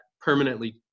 permanently